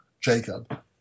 Jacob